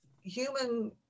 human